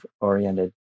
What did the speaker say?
oriented